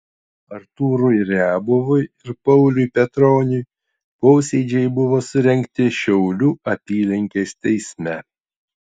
artūrui riabovui ir pauliui petroniui posėdžiai buvo surengti šiaulių apylinkės teisme